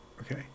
okay